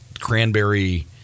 cranberry